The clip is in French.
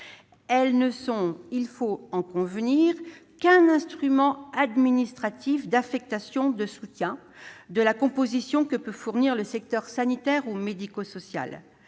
Elles ne sont, il faut en convenir, qu'un instrument administratif d'affectation du soutien de la compensation que peuvent fournir les secteurs sanitaire et médico-social,